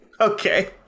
Okay